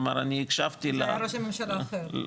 אמר אני הקשבתי --- זה היה ראש ממשלה אחר.